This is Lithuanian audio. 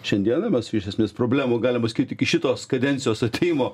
šiandieną mes iš esmės problemų galima sakyt iki šitos kadencijos atėjimo